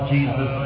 Jesus